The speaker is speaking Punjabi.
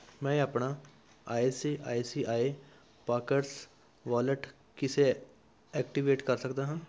ਮੈਂ ਆਪਣਾ I C I C I Pockets wallet ਕਿਸੇ ਐਕਟੀਵੇਟ ਕਰ ਸਕਦਾ ਹਾਂ